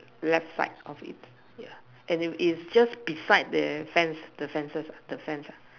left side of it yeah and it it's just beside the fence the fences the fence ah